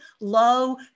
low